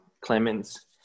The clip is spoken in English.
Clemens